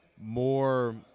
more